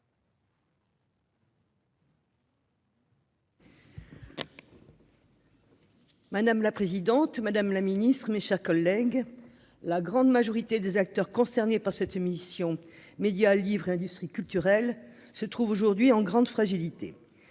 Madame la présidente, Madame la Ministre, mes chers collègues, la grande majorité des acteurs concernés par cette émission, mais il y a le livre et industries culturelles se trouvent aujourd'hui en grande fragilité,